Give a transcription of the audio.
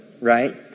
right